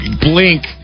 blink